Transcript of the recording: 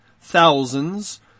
thousands